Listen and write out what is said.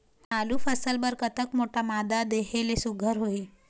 आलू फसल बर कतक मोटा मादा देहे ले सुघ्घर होही?